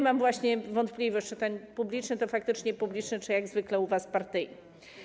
Mam właśnie wątpliwość, czy ten publiczny to faktycznie publiczny, czy jak zwykle u was partyjny.